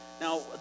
Now